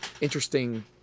interesting